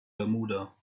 bermuda